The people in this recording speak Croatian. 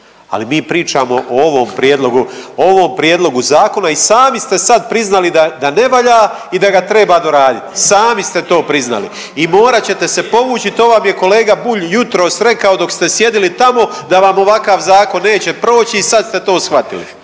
ovom prijedlogu, o ovom prijedlogu zakona i sami ste sad priznali da, da ne valja i da ga treba doraditi, sami ste to priznali i morat ćete se povući i to vam je kolega Bulj jutros rekao dok ste sjedili tamo da vam ovakav zakon neće proći i sad ste to shvatili.